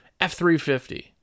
F-350